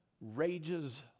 rages